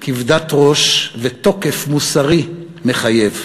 כבדת ראש ותוקף מוסרי מחייב.